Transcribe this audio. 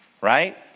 right